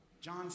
John